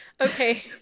Okay